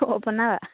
অ' বনাবা